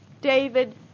David